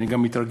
אני גם מתרגש.